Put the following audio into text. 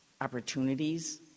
opportunities